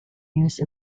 use